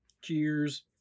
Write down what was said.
Cheers